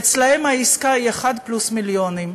אצלם העסקה היא אחד פלוס מיליונים,